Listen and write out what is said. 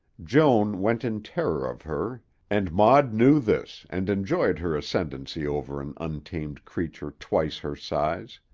joan went in terror of her and maud knew this and enjoyed her ascendancy over an untamed creature twice her size.